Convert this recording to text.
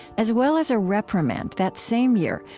as well as a reprimand, that same year,